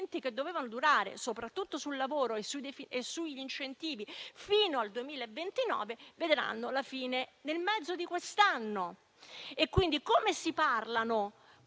che dovevano durare, soprattutto sul lavoro e sugli incentivi, fino al 2029, vedranno la fine a metà di quest'anno. Come si parlano